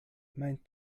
mijn